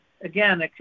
again